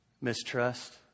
Mistrust